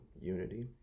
unity